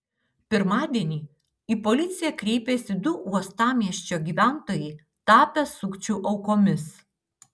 pirmadienį į policiją kreipėsi du uostamiesčio gyventojai tapę sukčių aukomis